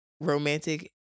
romantic